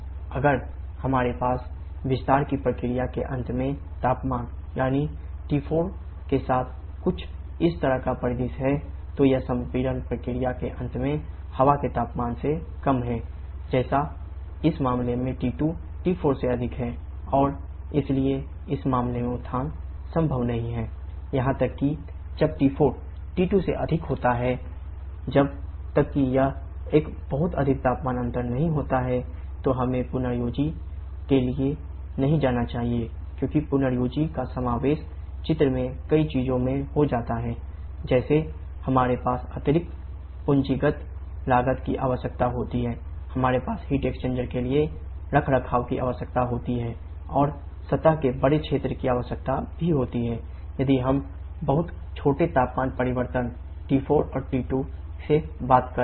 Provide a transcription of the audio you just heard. अगर हमारे पास विस्तार की प्रक्रिया के अंत में तापमान यानी T4 के साथ कुछ इस तरह का परिदृश्य है तो यह संपीड़न के लिए रखरखाव की आवश्यकता होती है और सतह के बड़े क्षेत्र की आवश्यकता भी होती है यदि हम बहुत छोटे तापमान परिवर्तन T4 और T2 से बात कर रहे हैं